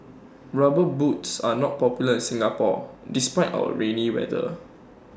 rubber boots are not popular in Singapore despite our rainy weather